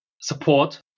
support